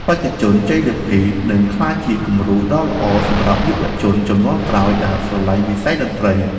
បេក្ខជនជ័យលាភីនឹងក្លាយជាគំរូដ៏ល្អសម្រាប់យុវជនជំនាន់ក្រោយដែលស្រឡាញ់វិស័យតន្ត្រី។